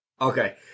Okay